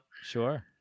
sure